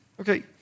Okay